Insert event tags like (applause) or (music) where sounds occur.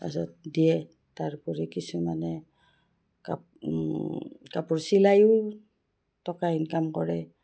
তাৰ পাছত দিয়ে তাৰ উপৰি কিছুমানে (unintelligible) কাপোৰ চিলায়ো টকা ইনকাম কৰে